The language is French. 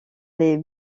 les